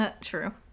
true